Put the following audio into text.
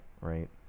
right